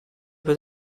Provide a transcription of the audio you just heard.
peut